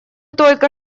только